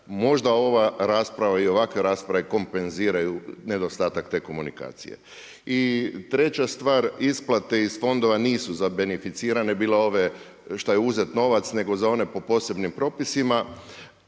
Možda ova rasprava i ovakve rasprave kompenziraju nedostatak te komunikacije. I treća stvar, isplate iz fondova nisu za beneficirane bile ove šta je uzet novac, nego za one po posebnim propisima.